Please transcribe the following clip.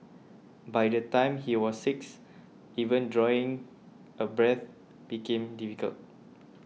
by the time he was six even drawing a breath became difficult